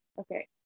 okay